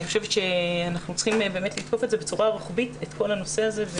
אני חושבת שאנחנו צריכים לתקוף בצורה רוחבית את כל הנושא הזה.